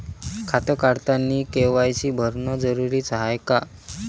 खातं काढतानी के.वाय.सी भरनं जरुरीच हाय का?